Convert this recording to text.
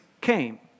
came